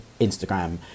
Instagram